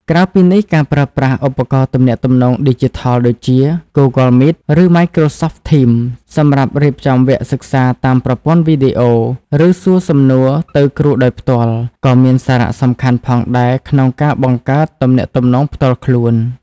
ក្រៅពីនេះ ការប្រើប្រាស់ ឧបករណ៍ទំនាក់ទំនងឌីជីថល ដូចជា Google Meet ឬ Microsoft Teams សម្រាប់រៀបចំវគ្គសិក្សាតាមប្រព័ន្ធវីដេអូ ឬសួរសំណួរទៅគ្រូដោយផ្ទាល់ក៏មានសារៈសំខាន់ផងដែរក្នុងការបង្កើតទំនាក់ទំនងផ្ទាល់ខ្លួន។